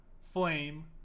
Flame